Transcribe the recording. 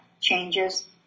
changes